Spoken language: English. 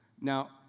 Now